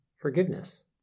forgiveness